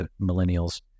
millennials